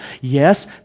yes